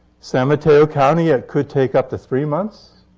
san mateo county, it could take up to three months